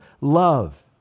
love